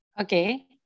Okay